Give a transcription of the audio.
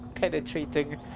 penetrating